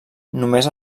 només